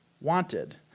wanted